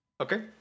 Okay